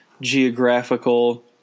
geographical